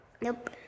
Nope